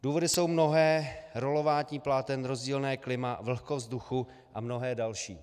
Důvody jsou mnohé rolování pláten, rozdílné klima, vlhkost vzduchu a mnohé další.